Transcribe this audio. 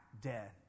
dead